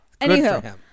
Anywho